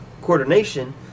coordination